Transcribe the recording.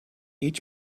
each